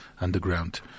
underground